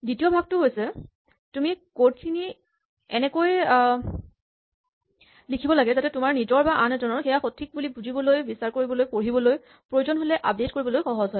দ্বিতীয় ভাগটো হৈছে তুমি কড খিনি এনেকৈ লিখিব লাগে যাতে তোমাৰ নিজৰ বা আন এজনৰ সেয়া সঠিক বুলি বিচাৰ কৰিবলৈ পঢ়িবলৈ বুজিবলৈ প্ৰয়োজন হ'লে আপডেট কৰিবলৈ সহজ হয়